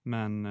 Men